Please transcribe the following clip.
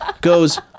goes